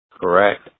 Correct